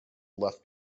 left